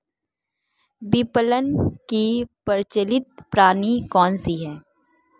विपणन की प्रचलित प्रणाली कौनसी है?